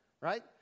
right